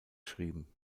schrieben